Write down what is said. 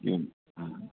ആ